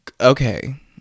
okay